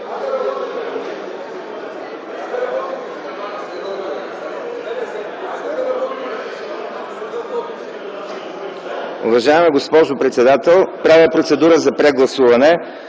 Уважаема госпожо председател, правя процедура за прегласуване.